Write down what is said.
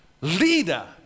leader